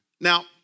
Now